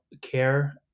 care